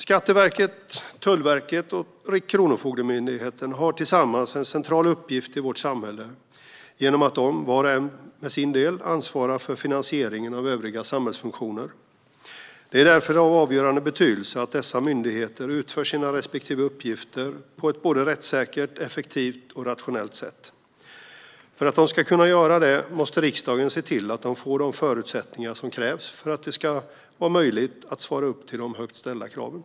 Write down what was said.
Skatteverket, Tullverket och Kronofogdemyndigheten har tillsammans en central uppgift i vårt samhälle genom att de, var och en med sin del, ansvarar för finansieringen av övriga samhällsfunktioner. Det är därför av avgörande betydelse att dessa myndigheter utför sina respektive uppgifter på ett rättssäkert, effektivt och rationellt sätt. För att de ska kunna göra detta måste riksdagen se till att de får de förutsättningar som krävs för att det ska vara möjligt att svara upp till de högt ställda kraven.